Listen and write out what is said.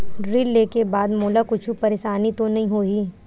ऋण लेके बाद मोला कुछु परेशानी तो नहीं होही?